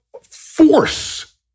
force